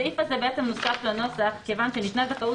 הסעיף הזה נוסף לנוסח כיוון שניתנה זכאות